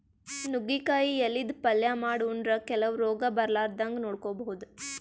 ನುಗ್ಗಿಕಾಯಿ ಎಲಿದ್ ಪಲ್ಯ ಮಾಡ್ ಉಂಡ್ರ ಕೆಲವ್ ರೋಗ್ ಬರಲಾರದಂಗ್ ನೋಡ್ಕೊಬಹುದ್